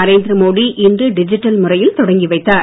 நரேந்திர மோடி இன்று டிஜிட்டல் முறையில் தொடங்கி வைத்தார்